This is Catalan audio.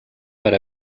per